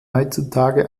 heutzutage